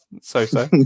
So-so